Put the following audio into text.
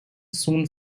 soon